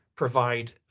provide